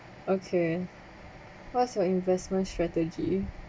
okay what's your investment strategy